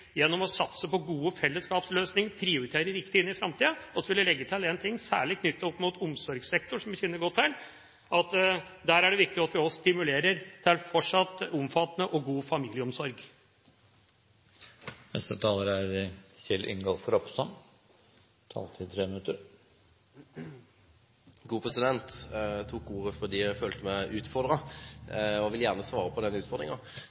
satse på gode fellesskapsløsninger og prioritere riktig inn i framtida. Så vil jeg legge til én ting, særlig knyttet opp mot omsorgssektoren, som jeg kjenner godt til: Det er viktig at vi også stimulerer til fortsatt omfattende og god familieomsorg. Jeg tok ordet fordi jeg følte meg utfordret og gjerne vil svare på den utfordringen. Det er riktig at jeg